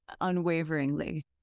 unwaveringly